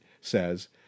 says